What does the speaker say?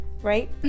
right